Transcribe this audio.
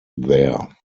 there